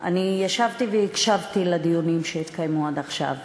אני ישבתי והקשבתי לדיונים שהתקיימו עד עכשיו,